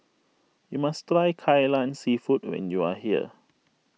you must try Ka Lan Seafood when you are here